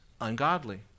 ungodly